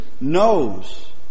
knows